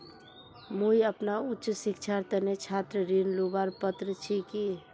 मुई अपना उच्च शिक्षार तने छात्र ऋण लुबार पत्र छि कि?